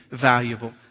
valuable